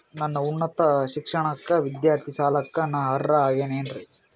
ನನ್ನ ಉನ್ನತ ಶಿಕ್ಷಣಕ್ಕ ವಿದ್ಯಾರ್ಥಿ ಸಾಲಕ್ಕ ನಾ ಅರ್ಹ ಆಗೇನೇನರಿ?